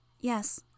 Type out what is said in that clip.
Yes